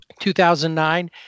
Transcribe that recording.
2009